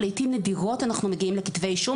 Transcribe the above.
לעיתים נדירות אנחנו מגיעים לכתבי אישום